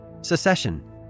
Secession